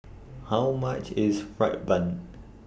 How much IS Fried Bun